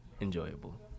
enjoyable